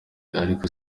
ariko